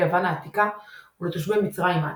יוון העתיקה ולתושבי מצרים העתיקה.